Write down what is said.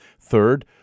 Third